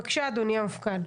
בבקשה, אדוני המפכ"ל.